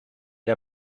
der